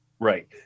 Right